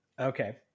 Okay